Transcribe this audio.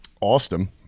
Austin